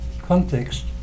context